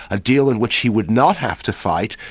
a deal in which he would not have to fight,